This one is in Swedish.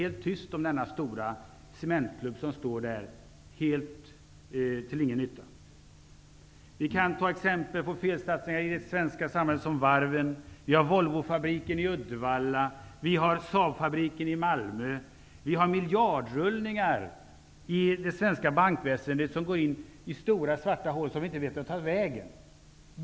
Det är tyst om den stora cementklumpen som står där helt till ingen nytta. Vi kan som exempel på felsatsningar i det svenska samhället nämna varven, Volvofabriken i Uddevalla och Saabfabriken i Malmö. Inom det svenska bankväsendet rullar miljarder som vi inte vet vart de tar vägen.